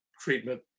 treatment